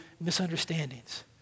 misunderstandings